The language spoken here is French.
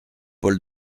paul